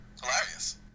hilarious